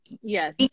Yes